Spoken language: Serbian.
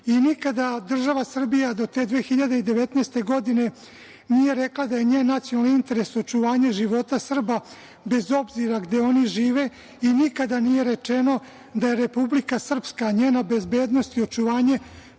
Nikada država Srbija do te 2019. godine nije rekla da je njen nacionalni interes očuvanje života Srba bez obzira gde oni žive i nikada nije rečeno da je Republika Srpska, njena bezbednost i očuvanje